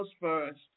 first